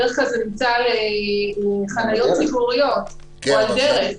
בדרך כלל זה נמצא בחניות ציבוריות או על דרך.